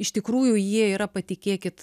iš tikrųjų jie yra patikėkit